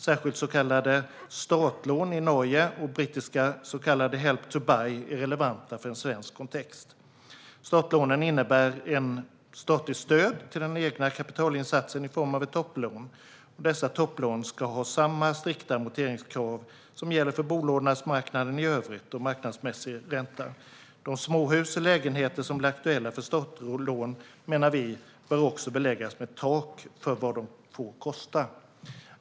Särskilt så kallade startlån i Norge och brittiska så kallade Help to Buy är relevanta för en svensk kontext. Startlånet innebär ett statligt stöd till den egna kapitalinsatsen i form av ett topplån. Dessa topplån ska ha samma strikta amorteringskrav som gäller för bolånemarknaden i övrigt och marknadsmässig ränta. De småhus och lägenheter som blir aktuella för startlån menar vi också bör beläggas med ett tak för vad de får kosta.